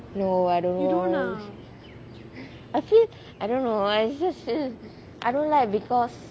no I don't know I feel I don't know it's just feel I don't like because